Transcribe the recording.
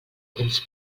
temps